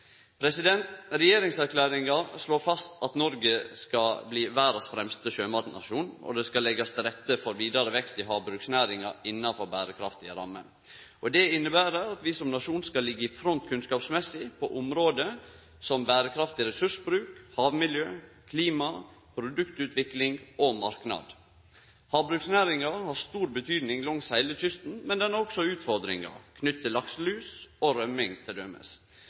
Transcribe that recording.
slår fast at Noreg skal bli verdas fremste sjømatnasjon, og det skal leggjast til rette for vidare vekst i havbruksnæringa innafor berekraftige rammer. Det inneber at vi som nasjon skal liggje i front kunnskapsmessig på område som berekraftig ressursbruk, havmiljø, klima, produktutvikling og marknad. Havbruksnæringa har stor betydning langs heile kysten, men ho har også utfordringar knytt til t.d. lakselus og rømming.